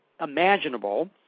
imaginable